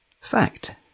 Fact